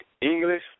English